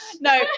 No